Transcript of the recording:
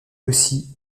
aussi